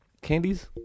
candies